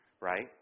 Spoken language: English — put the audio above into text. right